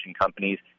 companies